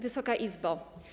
Wysoka Izbo!